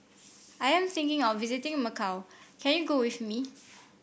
I am thinking of visiting Macau can you go with me